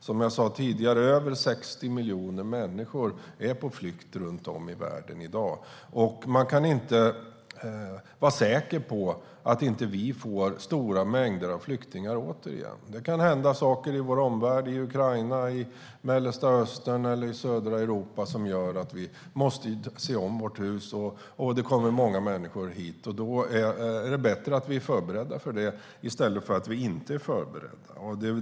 Som jag sa tidigare är över 60 miljoner människor på flykt runt om i världen i dag, och vi kan inte vara säkra på att vi inte får stora mängder av flyktingar återigen. Det kan hända saker i vår omvärld - i Ukraina, Mellanöstern eller södra Europa - som gör att det kommer många människor hit. Då är det bättre att vi ser om vårt hus och är förberedda i stället för att vi inte är förberedda.